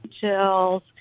chills